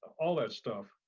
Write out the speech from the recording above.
all that stuff.